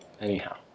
Anyhow